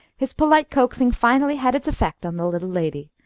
his polite coaxing finally had its effect on the little lady,